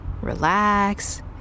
Relax